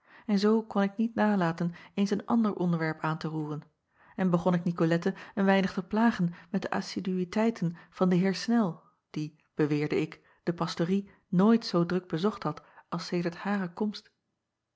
en zoo kon ik niet nalaten eens een ander onderwerp aan te roeren en begon ik icolette een weinig te plagen met de assiduïteiten van den eer nel die beweerde ik de pastorie nooit zoo druk bezocht had als sedert hare komst